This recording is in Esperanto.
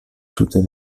tute